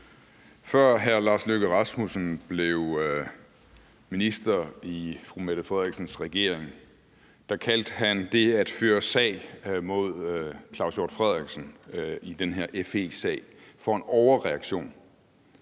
Før hr. Lars Løkke Rasmussen blev minister i fru Mette Frederiksens regering, kaldte han det at føre sag mod Claus Hjort Frederiksen i den her FE-sag for en overreaktion.